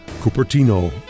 Cupertino